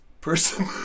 person